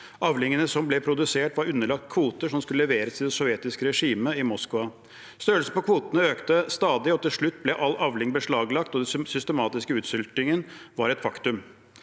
Avlingene som ble produsert, var underlagt kvoter som skulle leveres til det sovjetiske regimet i Moskva. Størrelsen på kvotene økte stadig. Til slutt ble alle avlinger beslaglagt, og den systematiske utsultingen var et faktum.